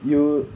you